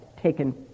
taken